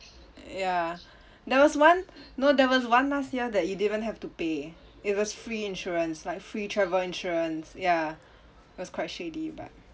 ya there was one no there was one last year that you didn't have to pay it was free insurance like free travel insurance ya it was quite shady but